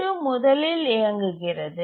T2 முதலில் இயங்குகிறது